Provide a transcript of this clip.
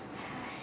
!aiya!